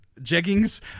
jeggings